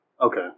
Okay